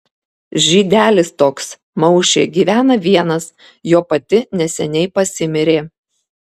žydelis toks maušė gyvena vienas jo pati neseniai pasimirė